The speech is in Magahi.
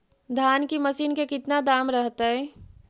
धान की मशीन के कितना दाम रहतय?